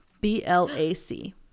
B-L-A-C